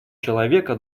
человека